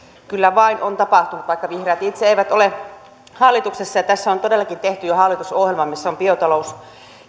kyllä vain on tapahtunut vaikka vihreät itse eivät ole hallituksessa tässä on todellakin tehty jo hallitusohjelma missä ovat biotalous